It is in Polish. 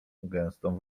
gęstą